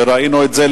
וראינו את זה,